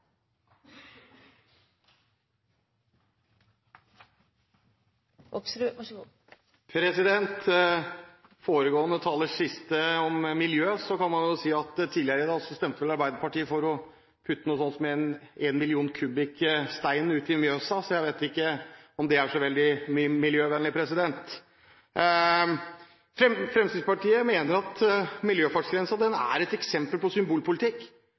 foregående talers innlegg om miljø kan man si at tidligere i dag var Arbeiderpartiet for å lempe noe slikt som 1 million kubikk stein ut i Mjøsa, så jeg vet ikke om det er så veldig miljøvennlig. Fremskrittspartiet mener at miljøfartsgrensen er et eksempel på symbolpolitikk.